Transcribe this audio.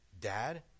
Dad